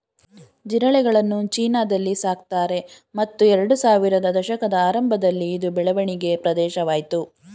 ಜಿರಳೆಗಳನ್ನು ಚೀನಾದಲ್ಲಿ ಸಾಕ್ತಾರೆ ಮತ್ತು ಎರಡ್ಸಾವಿರದ ದಶಕದ ಆರಂಭದಲ್ಲಿ ಇದು ಬೆಳವಣಿಗೆ ಪ್ರದೇಶವಾಯ್ತು